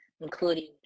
including